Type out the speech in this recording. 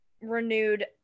renewed